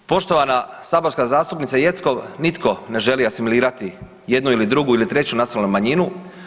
Poštovana saborska zastupnice Jeckov, nitko ne želi asimilirati jednu ili drugu ili treću nacionalnu manjinu.